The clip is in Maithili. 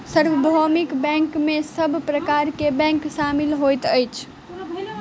सार्वभौमिक बैंक में सब प्रकार के बैंक शामिल होइत अछि